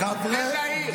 תן לעיר,